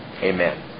Amen